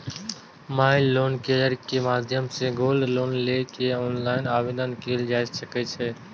माइ Loan Care के माध्यम सं गोल्ड लोन के लेल ऑनलाइन आवेदन कैल जा सकै छै